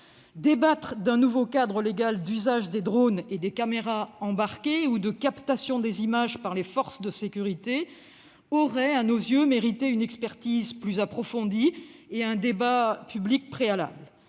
Débattre d'un nouveau cadre légal d'usage des drones et des caméras embarquées ou de captation des images par les forces de sécurité aurait à nos yeux mérité une expertise plus approfondie et un débat public préalable.